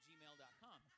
gmail.com